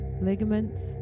ligaments